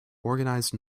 organized